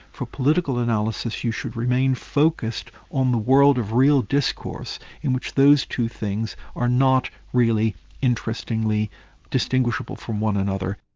for political analysis you should remain focused on the world of real discourse in which those two things are not really interestingly distinguishable distinguishable from one another.